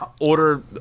order